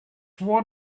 what